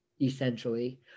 essentially